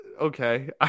okay